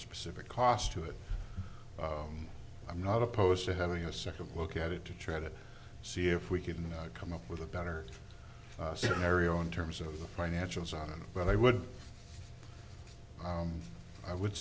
specific cost to it i'm not opposed to having a second look at it to try to see if we can come up with a better scenario in terms of the financials on but i would i would